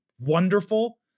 wonderful